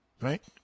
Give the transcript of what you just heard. right